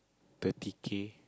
thirty K